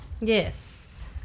Yes